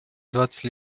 двадцать